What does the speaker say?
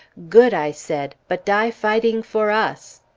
good! i said. but die fighting for us!